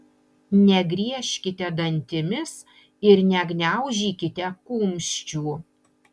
negriežkite dantimis ir negniaužykite kumščių